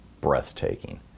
breathtaking